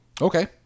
Okay